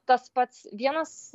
tas pats vienas